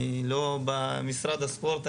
אני לא במשרד הספורט,